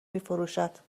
میفروشد